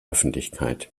öffentlichkeit